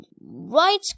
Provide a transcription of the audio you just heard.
right